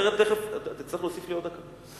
אחרת אתה צריך להוסיף לי עוד דקה.